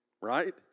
right